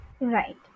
Right